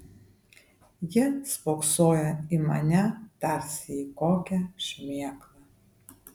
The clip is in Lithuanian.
jie spoksojo į mane tarsi į kokią šmėklą